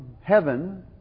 heaven